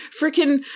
freaking